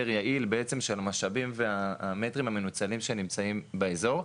יעיל בעצם של משאבים והמטרים המנוצלים שנמצאים באזור.